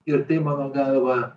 ir tai mano galva